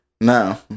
No